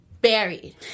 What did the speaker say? buried